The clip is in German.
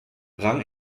rang